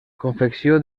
confecció